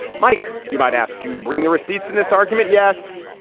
mike, you might ask, do you bring the receipts in this argument? yes.